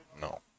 no